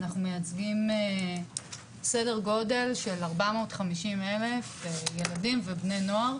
אנחנו מייצגים סדר גודל של ארבע מאות חמישים אלף ילדים ובני נוער,